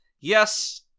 Yes